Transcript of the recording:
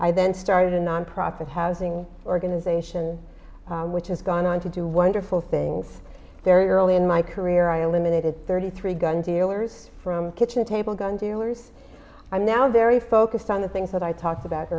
i then started a nonprofit housing organization which has gone on to do wonderful things very early in my career i eliminated thirty three guns dealers from kitchen table gun dealers i'm now there you focused on the things that i talked about